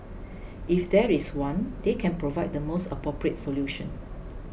if there is one they can provide the most appropriate solution